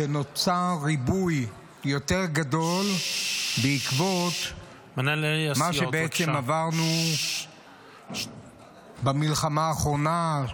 שנוצר ריבוי יותר גדול בעקבות מה שעברנו במלחמה האחרונה,